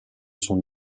son